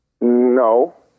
No